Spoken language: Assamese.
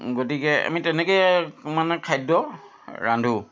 গতিকে আমি তেনেকৈ মানে খাদ্য ৰান্ধো